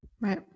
right